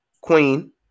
Queen